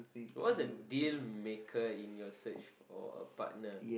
what's a dealmaker in your search for a partner